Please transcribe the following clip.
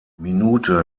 minute